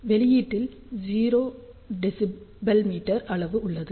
வெளியீட்டில் 0 dBm அளவு உள்ளது